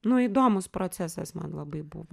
nu įdomus procesas man labai buvo